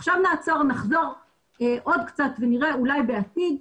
עכשיו נעצור ונחזור עוד קצת ונראה אולי בעתיד,